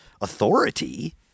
authority